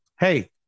Hey